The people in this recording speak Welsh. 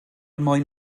mwyn